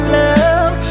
love